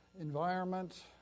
environment